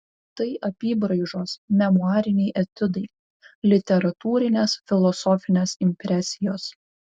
tai apybraižos memuariniai etiudai literatūrinės filosofinės impresijos